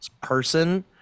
person